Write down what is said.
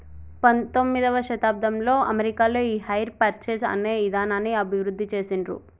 పంతొమ్మిదవ శతాబ్దంలో అమెరికాలో ఈ హైర్ పర్చేస్ అనే ఇదానాన్ని అభివృద్ధి చేసిండ్రు